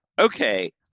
okay